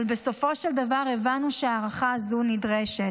אבל בסופו של דבר הבנו שההארכה הזאת נדרשת.